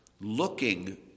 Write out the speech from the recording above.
looking